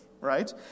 right